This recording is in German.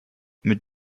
mit